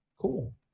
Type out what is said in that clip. Cool